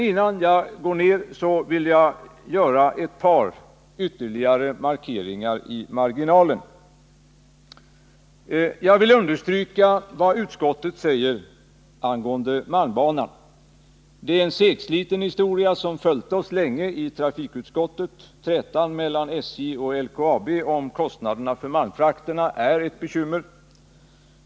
Innan jag avslutar mitt anförande, vill jag emellertid göra ett par ytterligare markeringar i marginalen. Jag vill understryka vad utskottet säger angående malmbanan. Det är en segsliten historia som har följt oss länge i trafikutskottet. Trätan mellan SJ och LKAB om kostnaderna för malmfrakten är ett bekymmer.